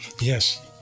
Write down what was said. yes